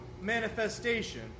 manifestation